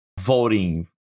voting